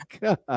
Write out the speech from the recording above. God